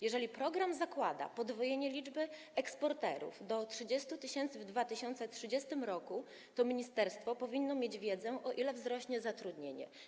Jeżeli program zakłada podwojenie liczby eksporterów do 30 tys. w 2030 r., to ministerstwo powinno mieć wiedzę, o ile wzrośnie zatrudnienie.